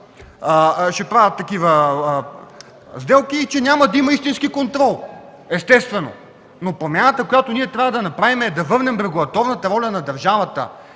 ще правят такива сделки и че няма да има истински контрол! Естествено! Промяната, която ние трябва да направим, е да върнем регулаторната роля на държавата